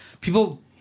People